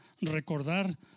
recordar